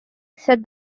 said